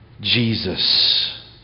Jesus